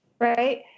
right